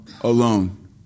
alone